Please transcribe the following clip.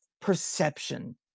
perception